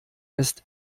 ist